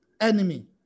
enemy